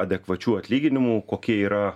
adekvačių atlyginimų kokie yra